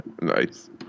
Nice